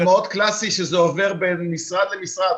זה מאוד קלאסי שזה עובר בין משרד למשרד,